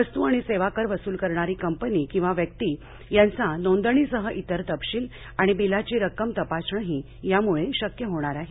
वस्तू आणि सेवा कर वसूल करणारी कंपनी किंवा व्यक्ती यांचा नोंदणीसह इतर तपशील आणि बिलाची रक्कम तपासणंही याम्ळे शक्य होणार आहे